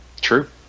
True